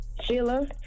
Sheila